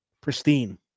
pristine